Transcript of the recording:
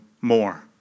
more